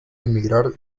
emigrar